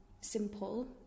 simple